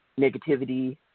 negativity